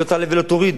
לא יעלה ולא יוריד,